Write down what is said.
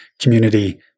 community